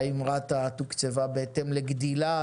והאם רת"א תוקצבה בהתאם לגדילה,